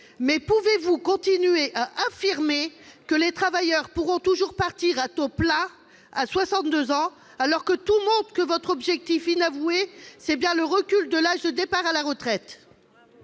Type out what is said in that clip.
mais pouvez-vous affirmer que les travailleurs pourront toujours partir à taux plein à soixante-deux ans, alors que tout montre que votre objectif inavoué est bien le recul de l'âge de départ en retraite ?